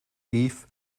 beef